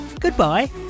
goodbye